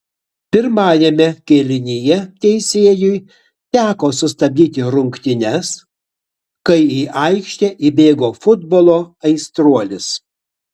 pirmajame kėlinyje teisėjui teko sustabdyti rungtynes kai į aikštę įbėgo futbolo aistruolis